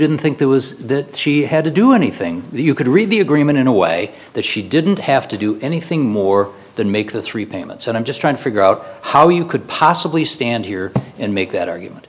didn't think there was that she had to do anything you could read the agreement in a way that she didn't have to do anything more than make the three payments and i'm just trying to figure out how you could possibly stand here and make that argument